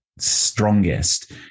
strongest